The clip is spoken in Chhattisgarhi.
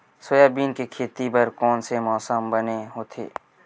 सोयाबीन के खेती बर कोन से मौसम बने होथे?